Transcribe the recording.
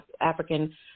African